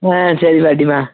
ஆ சரி பாட்டியம்மா